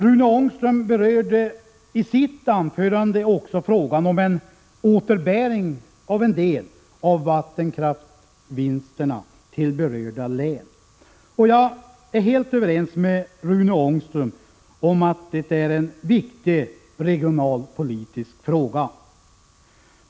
Rune Ångström berörde i sitt anförande också frågan om en återbäring av en del av vattenkraftsvinsterna till berörda län. Jag är helt överens med Rune Ångström om att det är en viktig regionalpolitisk fråga.